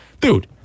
Dude